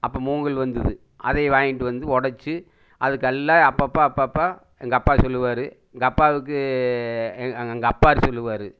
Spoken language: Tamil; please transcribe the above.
அப்போ மூங்கில் வந்தது அதை வாய்ண்ட்டு வந்து உடச்சி அதுக்கெல்லாம் அப்பப்போ அப்பப்போ எங்கள் அப்பா சொல்லுவாரு எங்கள் அப்பாவுக்கு எங் எங்கள் அப்பாரு சொல்லுவாரு